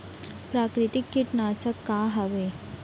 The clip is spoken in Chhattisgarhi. प्राकृतिक कीटनाशक का हवे?